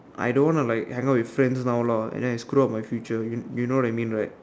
I don't want to like hangout with friends now and then I screw up my future you know what I mean right